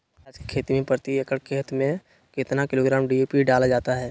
प्याज की खेती में प्रति एकड़ खेत में कितना किलोग्राम डी.ए.पी डाला जाता है?